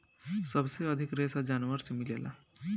सबसे अधिक रेशा जानवर से मिलेला